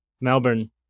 melbourne